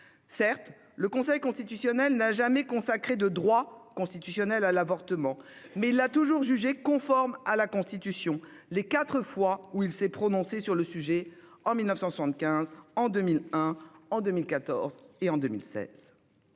Certes, le Conseil constitutionnel n'a jamais consacré de droit constitutionnel à l'avortement, mais il l'a toujours jugé conforme à la Constitution, les quatre fois où il s'est prononcé sur le sujet : en 1975, en 2001, en 2014 et en 2016.